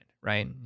Right